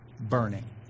Burning